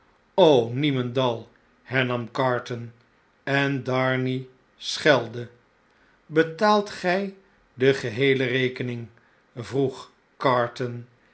niemendal hernam carton en darnay schelde betaalt gjj de geheele rekening vroeg carton